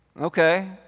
Okay